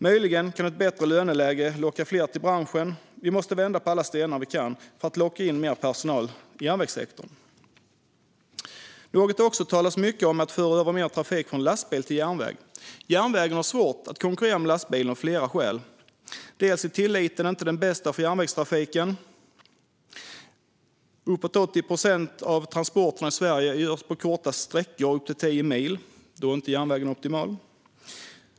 Möjligen kan ett bättre löneläge locka fler till branschen. Vi måste vända på alla stenar för att locka mer personal till järnvägssektorn. Det talas också mycket om att föra över mer trafik från lastbil till järnväg. Järnvägen har svårt att konkurrera med lastbilen av flera skäl. Tilliten till järnvägstrafiken är inte den bästa. Uppåt 80 procent av transporterna i Sverige är på korta sträckor, upp till tio mil. Då är järnvägen inte optimal.